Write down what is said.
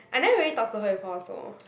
I never really talk to her before also